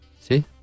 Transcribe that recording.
See